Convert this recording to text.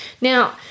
Now